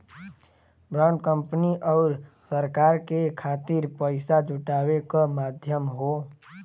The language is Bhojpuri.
बॉन्ड कंपनी आउर सरकार के खातिर पइसा जुटावे क माध्यम हौ